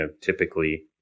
typically